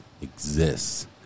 exists